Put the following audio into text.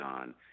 on